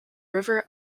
river